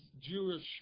Jewish